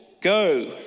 go